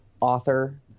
author